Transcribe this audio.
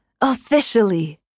officially